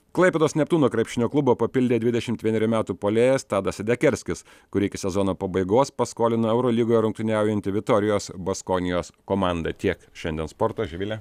klaipėdos neptūno krepšinio klubą papildė dvidešimt vienerių metų puolėjas tadas sedekerskis kurį iki sezono pabaigos paskolino eurolygoje rungtyniaujanti vitorijos baskonijos komanda tiek šiandien sporto živile